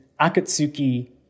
Akatsuki